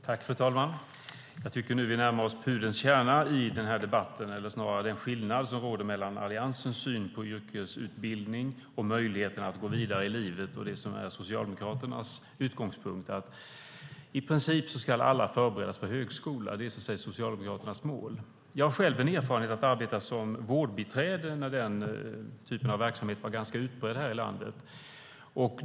Fru talman! Jag tycker att vi nu närmar oss pudelns kärna i den här debatten, eller snarare den skillnad som råder mellan Alliansens syn på yrkesutbildning och möjligheten att gå vidare i livet och Socialdemokraternas utgångspunkt, som är att i princip alla ska förberedas för högskola. Det är Socialdemokraternas mål. Jag har själv erfarenhet av att arbeta som vårdbiträde när den typen av verksamhet var ganska utbredd i landet.